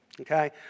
Okay